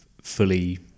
fully